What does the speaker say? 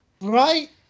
right